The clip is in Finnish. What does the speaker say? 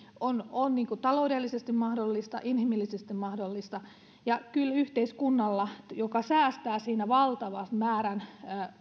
on on taloudellisesti mahdollista inhimillisesti mahdollista ja kyllä yhteiskunnalla joka säästää siinä valtavan määrän